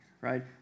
Right